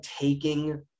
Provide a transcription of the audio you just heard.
taking